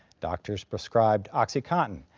doctors prescribed oxycontin.